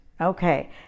Okay